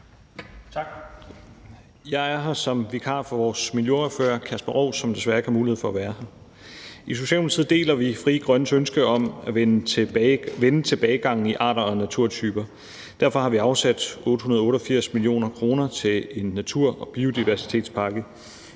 Jeg er her som vikar for vores miljøordfører, Kasper Roug, som desværre ikke har mulighed for at være her. I Socialdemokratiet deler vi Frie Grønnes ønske om at vende tilbagegangen i arter og naturtyper. Derfor har vi afsat 888 mio. kr. til en natur- og biodiversitetspakke.